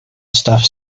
staff